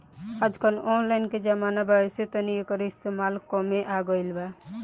आजकल ऑनलाइन के जमाना बा ऐसे तनी एकर इस्तमाल में कमी आ गइल बा